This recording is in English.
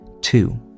Two